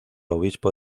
obispo